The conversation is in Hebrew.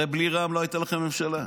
הרי בלי רע"מ לא הייתה לכם ממשלה.